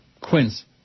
quince